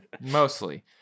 mostly